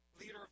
leader